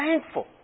thankful